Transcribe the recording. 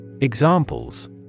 Examples